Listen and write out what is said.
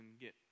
get